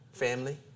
family